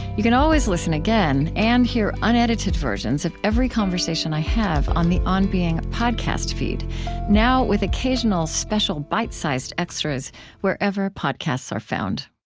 you can always listen again and hear unedited versions of every conversation i have on the on being podcast feed now with occasional, special bite-sized extras wherever podcasts are found